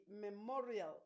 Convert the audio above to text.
memorial